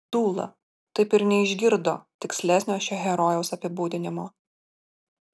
dūla taip ir neišgirdo tikslesnio šio herojaus apibūdinimo